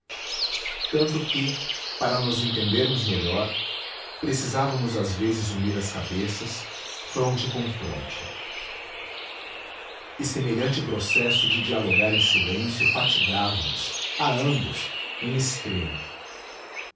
tanto que para nos entendermos melhor precisávamos às vezes unir as cabeças fronte com fronte e semelhante processo de dialogar em silêncio fatigava nos a ambos em extremo